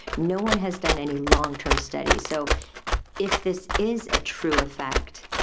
no one has done any long-term studies. so if this is a true effect,